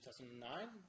2009